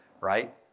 Right